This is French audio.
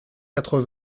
quatre